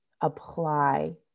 apply